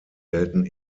gelten